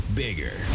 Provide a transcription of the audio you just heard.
bigger